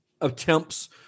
attempts